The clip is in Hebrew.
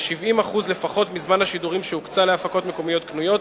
ו-70% לפחות מזמן השידורים שהוקצה להפקות מקומיות קנויות,